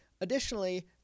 Additionally